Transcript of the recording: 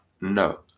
No